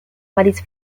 parís